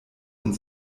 und